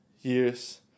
years